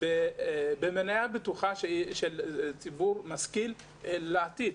במניה בטוחה של ציבור משכיל לעתיד.